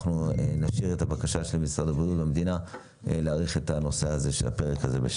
נשאיר את הבקשה של משרד הבריאות להאריך את הנושא הזה בשנה.